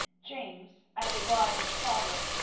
james, as a wise father,